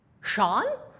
Sean